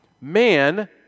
man